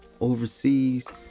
overseas